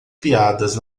piadas